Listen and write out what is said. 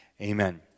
amen